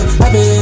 happy